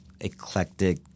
eclectic